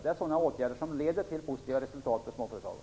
Det är sådana åtgärder som leder till positiva resultat för småföretagen.